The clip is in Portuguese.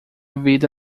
vida